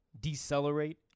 decelerate